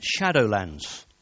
Shadowlands